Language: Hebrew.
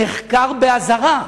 נחקר באזהרה.